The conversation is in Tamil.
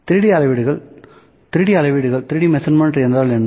3D அளவீடுகள் 3D அளவீடுகள் என்றால் என்ன